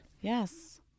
Yes